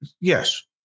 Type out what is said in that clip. Yes